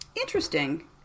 Interesting